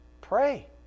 Pray